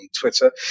Twitter